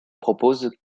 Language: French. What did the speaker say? propose